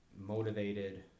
motivated